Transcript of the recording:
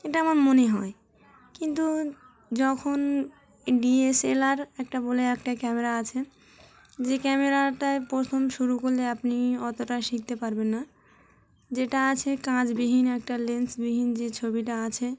এটা আমার মনে হয় কিন্তু যখন ডি এস এল আর একটা বলে একটা ক্যামেরা আছে যে ক্যামেরাটায় প্রথম শুরু করলে আপনি অতটা শিখতে পারবেন না যেটা আছে কাঁচবিহীন একটা লেন্সবিহীন যে ছবিটা আছে